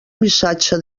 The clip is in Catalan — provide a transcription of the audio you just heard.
missatge